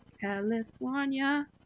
California